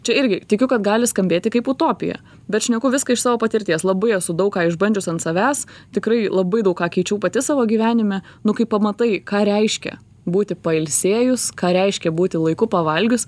čia irgi tikiu kad gali skambėti kaip utopija bet šneku viską iš savo patirties labai esu daug ką išbandžius ant savęs tikrai labai daug ką keičiau pati savo gyvenime nu kai pamatai ką reiškia būti pailsėjus ką reiškia būti laiku pavalgius